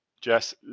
Jess